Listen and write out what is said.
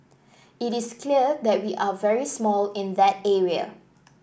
it is clear that we are very small in that area